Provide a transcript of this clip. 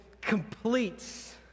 completes